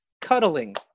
cuddling